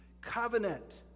covenant